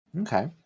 Okay